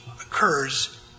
occurs